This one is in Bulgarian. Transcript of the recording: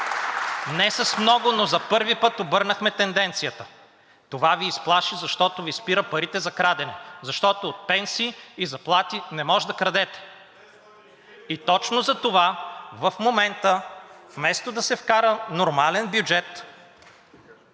Не с много, но за първи път обърнахме тенденцията. Това Ви изплаши, защото Ви спира парите за крадене, защото от пенсии и заплати не може да крадете. И точно затова в момента, вместо да се вкара нормален бюджет,